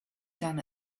done